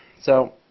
so